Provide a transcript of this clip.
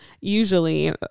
usually